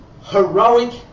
heroic